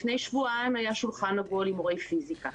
לפני שבועיים היה שולחן עגול עם מורי פיסיקה.